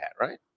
right